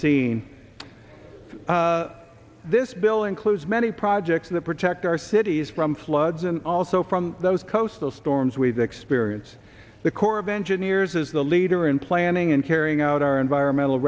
seen this bill includes many projects that protect our cities from floods and also from those coastal storms we've experienced the corps of engineers is the leader in planning and carrying out our environmental